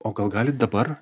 o gal galit dabar